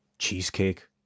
cheesecake